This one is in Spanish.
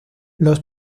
los